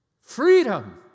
Freedom